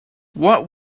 what